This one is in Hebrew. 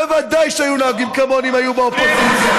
בוודאי שהיו נוהגים כמוני, אם היו באופוזיציה.